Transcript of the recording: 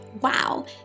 wow